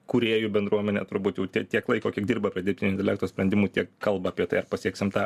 kūrėjų bendruomenė turbūt jaut tie tiek laiko kiek dirba prie dirbtinio intelekto intelekto sprendimų tiek kalba apie tai ar pasieksim tą